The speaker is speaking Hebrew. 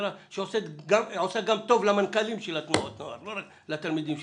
שעושה גם טוב למנכ"לים של תנועות הנוער ולא רק לחניכי התנועות.